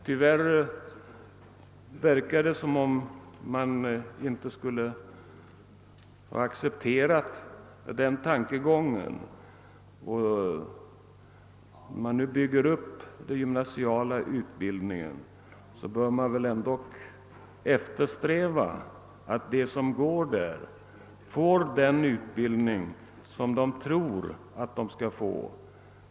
Tyvärr verkar det som om denna tankegång icke skulle ha accepterats. Om man nu bygger upp den gymnasiala utbildningen, bör man väl ändå eftersträva att de som går den linjen får den utbildning som de tror att de skall få.